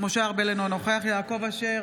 משה ארבל, אינו נוכח יעקב אשר,